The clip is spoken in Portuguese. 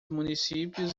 municípios